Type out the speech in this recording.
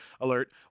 alert